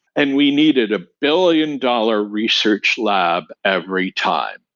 and we needed a billion-dollar research lab every time.